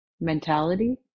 mentality